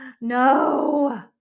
no